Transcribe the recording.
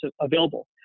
available